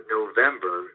November